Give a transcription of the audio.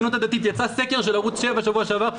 יצא סקר של ערוץ 7 בשבוע שעבר,